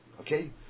Okay